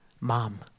Mom